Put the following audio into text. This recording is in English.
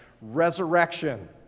resurrection